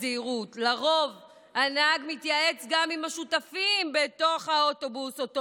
לרוב הנהג מתייעץ גם עם השותפים בתוך האוטובוס שאותו דימיתי.